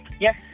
Yes